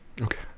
Okay